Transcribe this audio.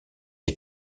est